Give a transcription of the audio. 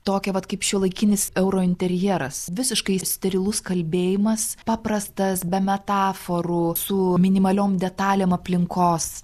tokią vat kaip šiuolaikinis euro interjeras visiškai sterilus kalbėjimas paprastas be metaforų su minimaliom detalėm aplinkos